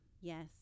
Yes